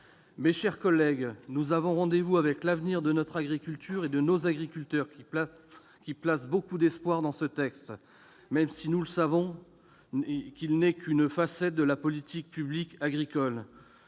Mes chers collègues, nous avons rendez-vous avec l'avenir de notre agriculture et de nos agriculteurs, qui placent beaucoup d'espoirs dans ce texte, même si nous savons qu'il n'est qu'une facette de la politique publique agricole.